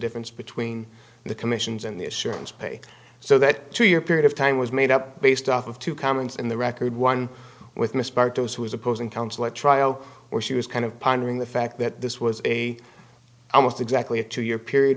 difference between the commissions and the assurance pay so that two year period of time was made up based off of two comments in the record one with miss bartos who was opposing counsel at trial or she was kind of pondering the fact that this was a almost exactly a two year